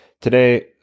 Today